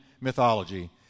mythology